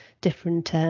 different